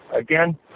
again